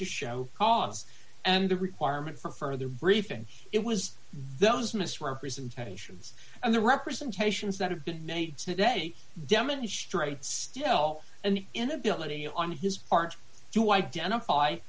to show cause and the requirement for further briefing it was those misrepresentations and the representations that have been made today demonstrate still an inability on his aren't to identify